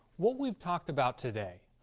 what we've talked about today,